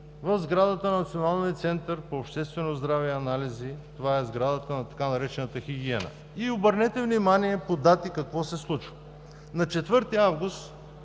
в сградата на Националния център по обществено здраве и анализи – това е сградата на така наречената „Хигиена“. Обърнете внимание по дати какво се случва. На 4 август